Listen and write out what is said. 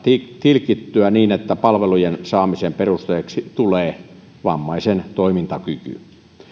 tilkittyä niin että palvelujen saamisen perusteeksi tulee vammaisen toimintakyky